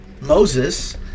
Moses